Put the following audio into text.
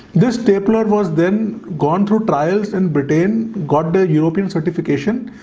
this diploid was then gone through trials and brittin got the european certification.